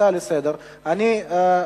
ההצעה לסדר-היום,